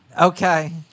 Okay